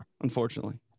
unfortunately